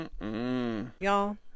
Y'all